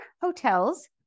hotels